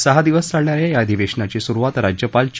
सहा दिवस चालणा या या अधिवेशनाची सुरुवात राज्यपाल चे